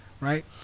Right